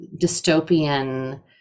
dystopian